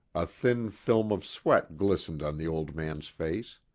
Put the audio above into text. a thin film of sweat glistened on the old man's face.